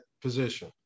position